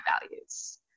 values